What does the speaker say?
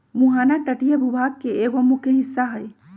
मुहाना तटीय भूभाग के एगो मुख्य हिस्सा हई